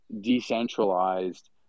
decentralized